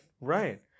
Right